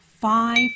five